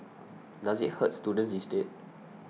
does it hurt students instead